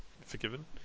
Forgiven